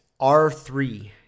R3